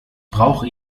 brauche